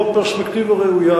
לא פרספקטיבה ראויה,